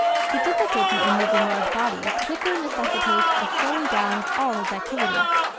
the difficulty in moving large bodies quickly necessitates a slowing down of all his activities.